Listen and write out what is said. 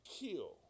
kill